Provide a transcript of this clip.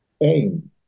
aim